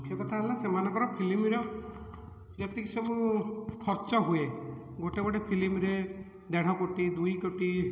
ମୁଖ୍ୟ କଥା ହେଲା ସେମାନଙ୍କର ଫିଲ୍ମର ଯେତିକି ସବୁ ଖର୍ଚ୍ଚ ହୁଏ ଗୋଟେ ଗୋଟେ ଫିଲ୍ମରେ ଦେଢ଼କୋଟି ଦୁଇକୋଟି